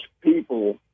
people